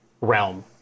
realm